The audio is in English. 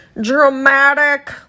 dramatic